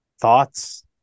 Thoughts